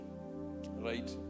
right